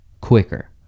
quicker